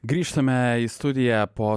grįžtame į studiją po